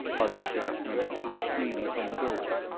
other staff members were streaming from the building,